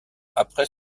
après